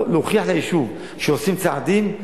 להוכיח ליישוב שעושים צעדים,